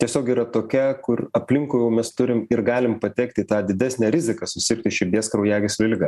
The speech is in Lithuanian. tiesiog yra tokia kur aplinkui jau mes turim ir galim patekt į tą didesnę riziką susirgti širdies kraujagyslių liga